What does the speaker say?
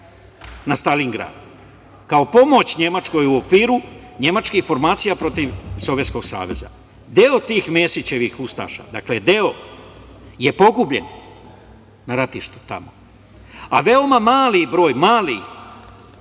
na Staljingrad, kao pomoć Nemačkoj u okviru nemačkih informacija protiv Sovjetskog Saveza. Deo tih Mesićevih ustaša, dakle deo, je pogubljen na ratištu tamo, a veoma mali broj, mali